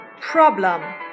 problem